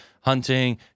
hunting